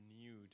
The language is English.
renewed